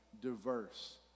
diverse